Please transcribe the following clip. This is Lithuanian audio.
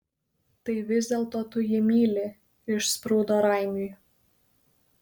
tai vis dėlto tu jį myli išsprūdo raimiui